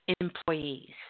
employees